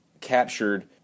captured